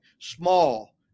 Small